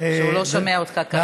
הוא לא שומע אותך כרגע.